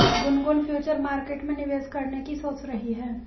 Gungun future market में निवेश करने की सोच रही है